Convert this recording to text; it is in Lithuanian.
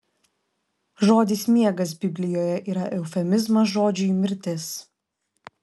žodis miegas biblijoje yra eufemizmas žodžiui mirtis